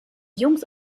jungs